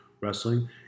wrestling